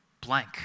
blank